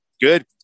Good